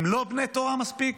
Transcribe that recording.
הם לא בני תורה מספיק?